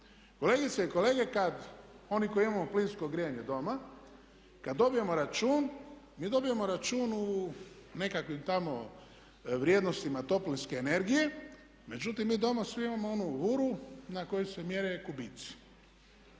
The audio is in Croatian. kolegice i kolege, kad oni koji imamo plinsko grijanje doma, kad dobijemo račun, mi dobijemo račun u nekakvim tamo vrijednostima toplinske energije. Međutim, mi doma svi imamo onu vuru na koju se mjere kubici.